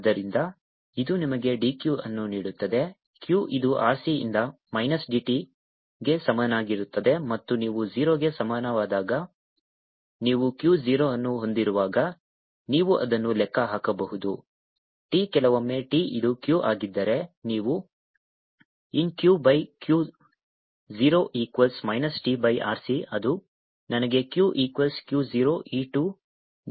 ಆದ್ದರಿಂದ ಇದು ನಿಮಗೆ dQ ಅನ್ನು ನೀಡುತ್ತದೆ Q ಇದು RC ಯಿಂದ ಮೈನಸ್ dt ಗೆ ಸಮನಾಗಿರುತ್ತದೆ ಮತ್ತು ನೀವು 0 ಗೆ ಸಮಾನವಾದಾಗ ನೀವು Q 0 ಅನ್ನು ಹೊಂದಿರುವಾಗ ನೀವು ಅದನ್ನು ಲೆಕ್ಕ ಹಾಕಬಹುದು t ಕೆಲವೊಮ್ಮೆ t ಇದು Q ಆಗಿದ್ದರೆ ನೀವು ln Q by Q 0 equals minus t by RC ಅದು ನನಗೆ Q equals Q 0 e to the power of t by RC ಆಗುತ್ತದೆ